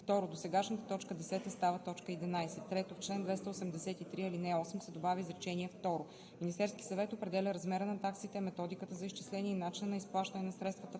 2. Досегашната т. 10 става т. 11. 3. В чл. 283, ал. 8 се добавя изречение второ: „Министерски съвет определя размера на таксите, методиката за изчисление и начина на изплащане на средствата